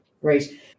Great